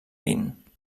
vint